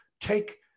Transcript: take